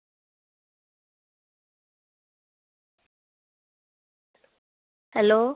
hello